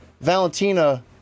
Valentina